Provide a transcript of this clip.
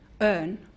earn